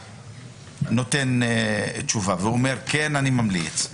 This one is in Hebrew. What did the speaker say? הממונה נותן תשובה ואומר שהוא ממליץ,